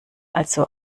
also